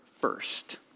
first